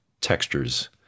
textures